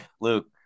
Luke